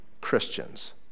Christians